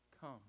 come